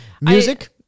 Music